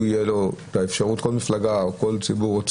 כל מפלגה או כל ציבור,